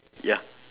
ya